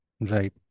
Right